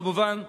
כמובן,